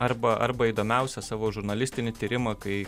arba arba įdomiausią savo žurnalistinį tyrimą kai